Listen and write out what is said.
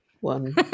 One